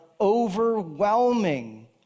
overwhelming